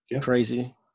Crazy